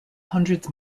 hundreds